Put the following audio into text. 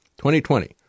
2020